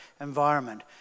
environment